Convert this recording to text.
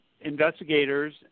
investigators